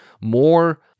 more